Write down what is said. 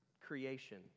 creation